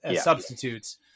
substitutes